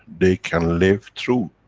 they can live through,